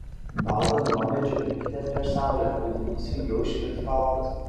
baltą drobę džiovinkite prieš saulę audinys ilgiau išliks baltas